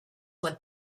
went